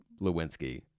Lewinsky